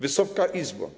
Wysoka Izbo!